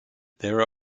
there